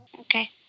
Okay